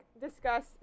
discuss